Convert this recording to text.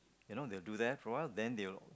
you know they'll do that for awhile then they'll